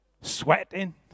sweating